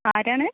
ആരാണ്